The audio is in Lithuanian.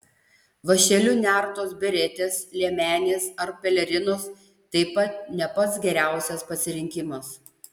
vąšeliu nertos beretės liemenės ar pelerinos taip pat ne pats geriausias pasirinkimas